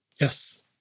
Yes